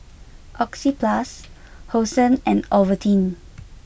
Oxyplus Hosen and Ovaltine